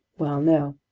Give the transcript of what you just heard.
well, no.